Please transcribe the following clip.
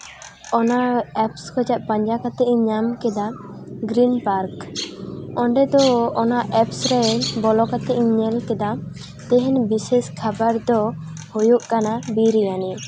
ᱚᱱᱟ ᱮᱯᱥ ᱠᱷᱚᱱᱟᱜ ᱯᱟᱸᱡᱟ ᱠᱟᱛᱮᱫ ᱤᱧ ᱧᱟᱢ ᱠᱮᱫᱟ ᱜᱨᱤᱱ ᱯᱟᱨᱠ ᱚᱸᱰᱮ ᱫᱚ ᱚᱱᱟ ᱮᱯᱥ ᱨᱮ ᱵᱚᱞᱚ ᱠᱟᱛᱮᱫ ᱤᱧ ᱧᱮᱞ ᱠᱮᱫᱟ ᱛᱮᱦᱤᱧ ᱵᱤᱥᱮᱥ ᱠᱷᱟᱵᱟᱨ ᱫᱚ ᱦᱩᱭᱩᱜ ᱠᱟᱱᱟ ᱵᱤᱨᱭᱟᱱᱤ